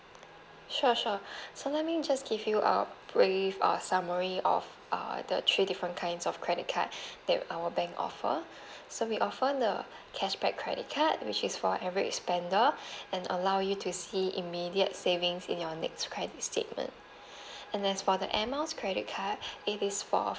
sure sure so let me just give you uh brief uh summary of uh the three different kinds of credit card that our bank offer so we offer the cashback credit card which is for average spender and allow you to see immediate savings in your next credit statement and as for the air miles credit card it is for